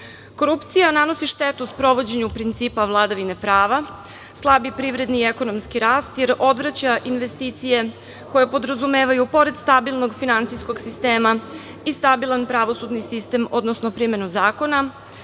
uopšte. Korupcija nanosi štetu sprovođenju principa vladavine prava, slabi privredni i ekonomski rast, jer odvraća investicije koje podrazumevaju, pored stabilnog finansijskog sistema, i stabilan pravosudni sistem, odnosno primenu zakona,